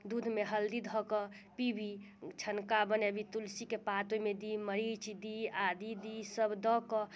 दूधमे हल्दी धऽ कऽ पीबी छनका बनाबी तुलसीके पात ओहिमे दी मरीच दी आदि दी सब दऽ कऽ